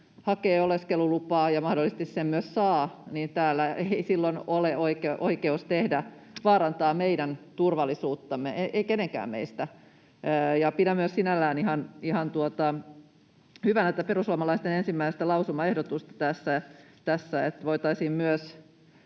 hakee oleskelulupaa ja mahdollisesti sen myös saa, niin täällä ei silloin ole oikeus vaarantaa meidän turvallisuuttamme, ei kenenkään meistä. Pidän myös sinällään ihan hyvänä tätä perussuomalaisten ensimmäistä lausumaehdotusta, että tällaisia